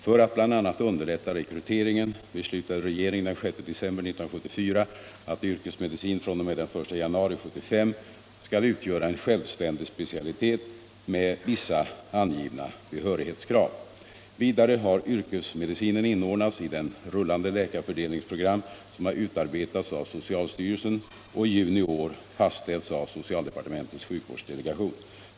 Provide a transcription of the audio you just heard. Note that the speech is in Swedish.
För att bl.a. underlätta rekryteringen beslutade regeringen den 6 december 1974 att yrkesmedicin fr.o.m. den 1 januari 1975 skall utgöra en självständig specialitet med vissa angivna behörighetskrav. Vidare har yrkesmedicinen inordnats i det rullande läkarfördelningsprogram som har utarbetats av socialstyrelsen och i juni i år fastställts av socialdepartementets sjukvårdsdelegation.